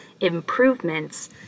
improvements